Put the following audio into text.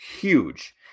huge